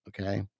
Okay